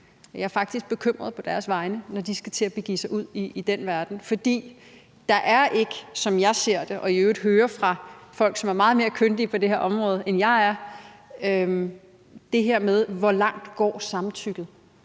jeg faktisk er bekymret på deres vegne, når de skal til at begive sig ud i den verden. For der er ikke, som jeg ser det og i øvrigt hører det fra folk, som er meget mere kyndige på det her område, klarhed om det her med, hvor langt samtykket